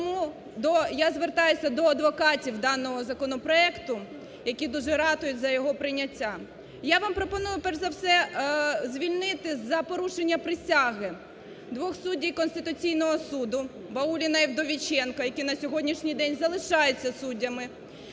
я звертаюся до адвокатів даного законопроекту, які дуже ратують за його прийняття. Я вам пропоную перш за все звільнити за порушення присяги двох суддів Конституційного суду Бауліна і Вдовіченка, які на сьогоднішній день залишаються суддями,